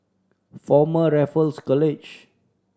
Former Raffles College